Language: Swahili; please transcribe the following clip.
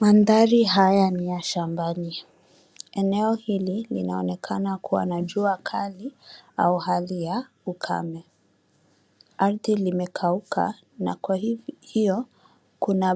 Mandhari haya ni ya shambani. Eneo hili linaonekana kuwa na jua kali au hali ya ukame. Ardhi imekauka na kwa hiyo kuna